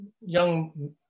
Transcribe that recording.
young